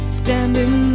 standing